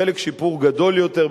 בחלק שיפור גדול יותר,